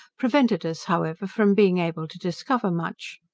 prevented us, however, from being able to discover much.